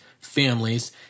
families